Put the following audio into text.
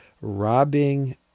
robbing